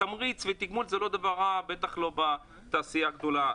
תמריץ ותגמול זה לא דבר רע, בטח לא בתעשייה גדולה.